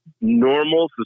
normal